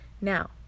Now